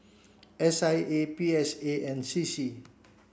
S I A P S A and C C